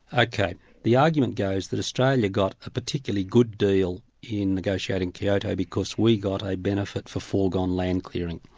ah kind of the argument goes that australia got a particularly good deal in negotiating kyoto because we got a benefit for foregone land clearing.